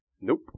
Nope